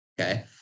Okay